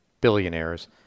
billionaires